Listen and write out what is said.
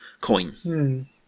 coin